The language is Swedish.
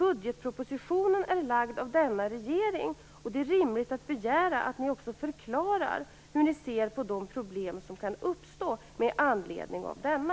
Budgetpropositionen är lagd av denna regering, och det är rimligt att begära att regeringen då också förklarar hur man ser på de problem som kan uppstå med anledning av denna.